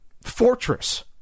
Fortress